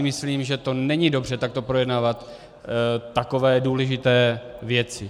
Myslím si, že to není dobře, takto projednávat takové důležité věci.